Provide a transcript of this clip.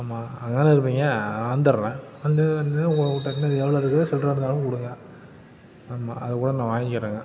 ஆமாம் அங்கேதான இருப்பீங்க வந்தடறேன் வந்து வந்துங்க உங்கள் டக்குன்னு எவ்வளோ இருக்கோ சில்லற இருந்தாலும் கொடுங்க ஆமாம் அதுக்கூட நான் வாங்கிறேங்க